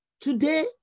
Today